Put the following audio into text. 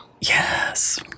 Yes